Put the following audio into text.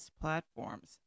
platforms